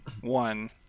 one